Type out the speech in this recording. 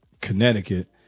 Connecticut